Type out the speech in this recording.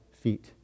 feet